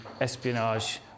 espionage